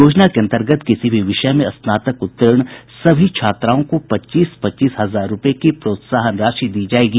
योजना के अन्तर्गत किसी भी विषय में स्नातक उत्तीर्ण सभी छात्राओं को पच्चीस पच्चीस हजार रूपये की प्रोत्साहन राशि दी जायेगी